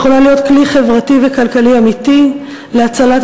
היא יכולה להיות כלי חברתי וכלכלי אמיתי להצלת